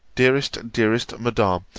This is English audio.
dearest, dearest madam,